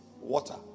water